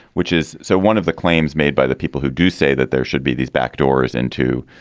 which is so one of the claims made by the people who do say that there should be these backdoors into